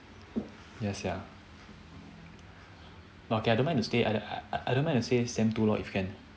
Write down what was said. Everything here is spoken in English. ya sia but okay I don't mind to stay I I don't mind to stay sem two lor if can